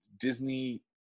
Disney